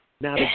Now